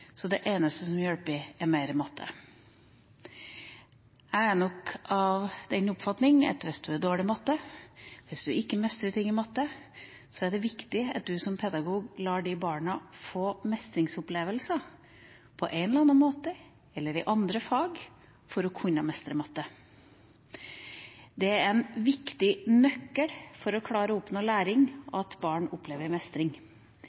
det eneste som hjelper, mer matte. Jeg er nok av den oppfatning at hvis en er dårlig i matte, hvis en ikke mestrer ting i matte, så er det viktig at du som pedagog lar de barna få mestringsopplevelser på en eller annen måte eller i andre fag for å kunne mestre matte. Det er en viktig nøkkel for å klare å oppnå læring at barn opplever mestring.